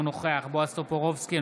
אינו נוכח בועז טופורובסקי,